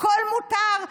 הכול מותר?